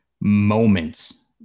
moments